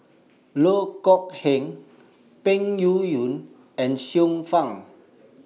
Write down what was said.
Loh Kok Heng Peng Yuyun and Xiu Fang